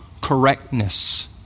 correctness